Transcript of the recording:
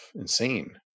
insane